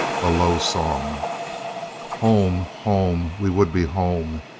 a low song home! home! we would be home!